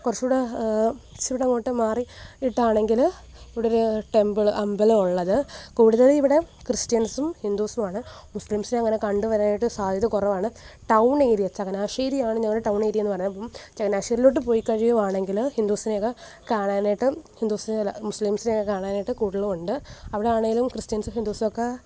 കുറച്ചു കൂടി ഇച്ചിരിയും കൂടി അങ്ങോട്ടു മാറിയി ട്ടാണെങ്കിൽ ഇവിടെ ഒരു ടെമ്പിൾ അമ്പലം ഉള്ളത് കൂടുതലും ഇവിടെ ക്രിസ്ത്യൻസും ഹിന്ദൂസും ആണ് മുസ്ലിംസ് അങ്ങനെ കണ്ടു വരാനായിട്ട് സാദ്ധ്യത കുറവാണ് ടൗൺ ഏരിയ ചങ്ങനാശ്ശേരി ആണ് ഞങ്ങൾ ടൗൺ ഏരിയ എന്നു പറയുന്നത് അപ്പം ചങ്ങനാശ്ശേരിയിലോട്ടു പോയി കഴിയുവാണെങ്കിൽ ഹിന്ദൂസിനെ ഒക്കെ കാണാനായിട്ടും ഹിന്ദൂസിനെ അല്ല മുസ്ലിംസിനെ ഒക്കെ കാണാനായിട്ടും കൂടുതലുണ്ട് അവിടെയാണേലും ക്രിസ്ത്യൻസിനെയും ഹിന്ദൂസ് ഒക്കെ